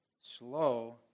Slow